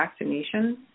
vaccinations